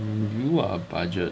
mm you are budget